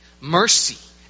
mercy